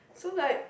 so like